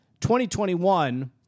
2021